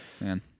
Man